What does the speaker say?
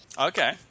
Okay